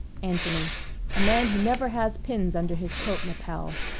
anthony a man who never has pins under his coat lapel.